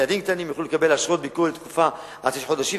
ילדים קטינים יוכלו לקבל אשרות ביקור לתקופה של עד שישה חודשים,